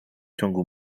ciągu